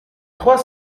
trois